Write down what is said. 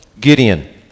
Gideon